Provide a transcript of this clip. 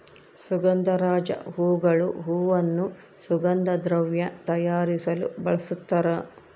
ಸುಗಂಧರಾಜ ಹೂಗಳು ಹೂವನ್ನು ಸುಗಂಧ ದ್ರವ್ಯ ತಯಾರಿಸಲು ಬಳಸ್ತಾರ